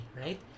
right